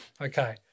Okay